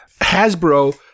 Hasbro